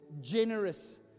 generous